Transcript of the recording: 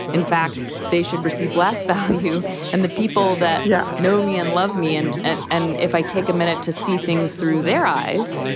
in fact, they should receive less value and the people that yeah know me and love me. and and and if i take a minute to see things through their eyes,